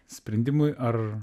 sprendimui ar